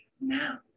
now